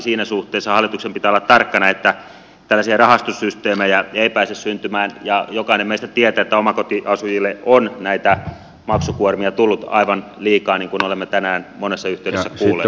siinä suhteessa hallituksen pitää olla tarkkana että tällaisia rahastussysteemejä ei pääse syntymään ja jokainen meistä tietää että omakotiasujille on näitä maksukuormia tullut aivan liikaa niin kuin olemme tänään monessa yhteydessä kuulleet